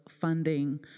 funding